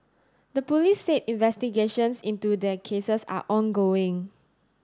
the police said investigations into their cases are ongoing